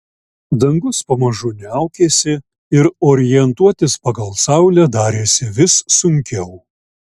dangus pamažu niaukėsi ir orientuotis pagal saulę darėsi vis sunkiau